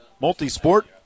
multi-sport